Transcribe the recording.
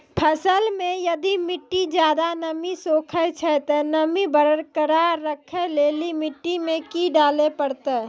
फसल मे यदि मिट्टी ज्यादा नमी सोखे छै ते नमी बरकरार रखे लेली मिट्टी मे की डाले परतै?